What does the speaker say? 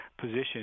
position